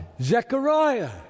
Zechariah